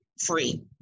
free